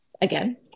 again